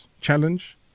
challenge